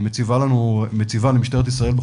היא מציבה למשטרת ישראל,